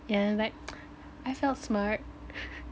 yeah right I felt smart